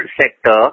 sector